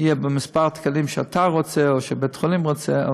במספר התקנים שאתה רוצה או בית-החולים רוצה,